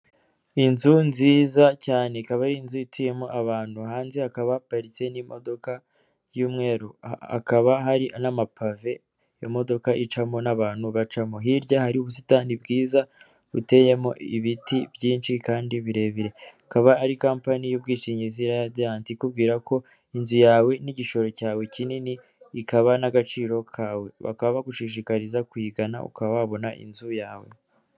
Inzu nziza cyane, ikaba ari inzu ituyemo abantu, hanze hakaba haparitse n'imodoka y'umweru, hakaba hari n'amapave imodoka icamo n'abantu bacamo, hirya hari ubusitani bwiza buteyemo ibiti byinshi kandi birebire, akaba ari kampani y'ubwishingizi ya Radiant ikubwira ko inzu yawe ni igishoro cyawe kinini ikaba n'agaciro kawe, bakaba bagushishikariza kuyigana ukaba wabona inzu yawe.